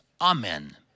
amen